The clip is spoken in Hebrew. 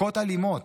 מכות אלימות,